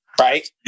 right